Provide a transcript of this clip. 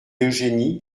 eugénie